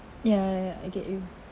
ya ya ya I get you